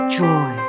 joy